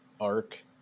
arc